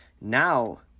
Now